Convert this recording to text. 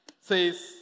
says